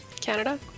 Canada